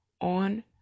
on